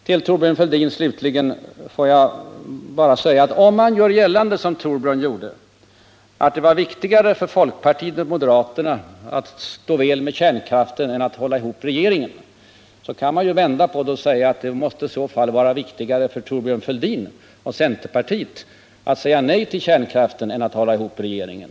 Slutligen vill jag till Thorbjörn Fälldin säga att om man gör gällande, som Thorbjörn Fälldin gjorde, att det var viktigare för folkpartiet och moderaterna att stå väl med kärnkraften än att hålla ihop regeringen, kan man ju vända på det och säga att det i så fall måste ha varit viktigare för Thorbjörn Fälldin och centerpartiet att säga nej till kärnkraften än att hålla ihop regeringen.